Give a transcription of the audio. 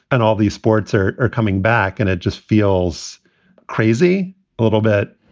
and all these sports are are coming back and it just feels crazy a little bit.